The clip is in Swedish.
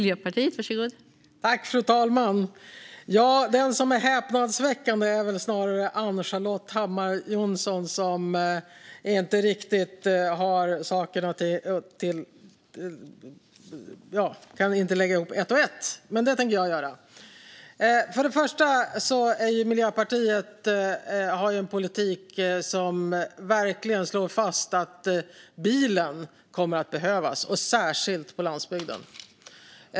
Fru talman! Den som är häpnadsväckande är väl snarare Ann-Charlotte Hammar Johnsson, som inte kan lägga ihop ett och ett. Men det tänker jag göra. Miljöpartiet har en politik som verkligen slår fast att bilen kommer att behövas, särskilt på landsbygden.